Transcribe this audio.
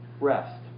rest